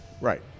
right